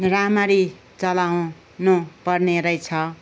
राम्ररी चलाउनु पर्ने रहेछ